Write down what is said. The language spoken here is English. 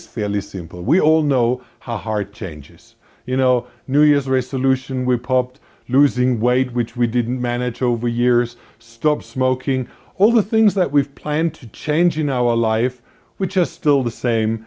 is fairly simple we all know how hard to change is you know new year's resolution we popped losing weight which we didn't manage over years stop smoking all the things that we've planned to change in our life we're just still the same